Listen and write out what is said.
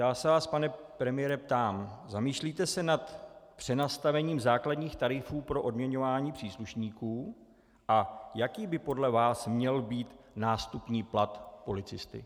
Já se vás, pane premiére, ptám zamýšlíte se nad přenastavením základních tarifů pro odměňování příslušníků a jaký by podle vás měl být nástupní plat policisty.